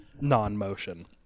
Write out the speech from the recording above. non-motion